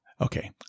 Okay